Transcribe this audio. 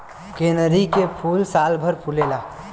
कनेरी के फूल सालभर फुलेला